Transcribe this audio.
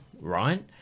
right